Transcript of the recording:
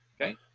okay